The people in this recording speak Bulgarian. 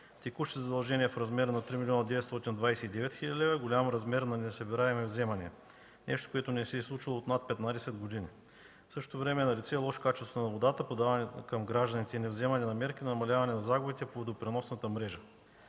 текущи задължения в размер на 3 млн. 929 хил. лв., голям размер на несъбираеми вземания – нещо, което не се е случвало над 15 години. В същото време е налице лошо качество на водата, подавана към гражданите, невземане на мерки за намаляване на загубите по водопреносната мрежа.